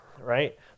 right